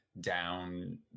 down